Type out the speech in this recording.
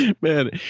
Man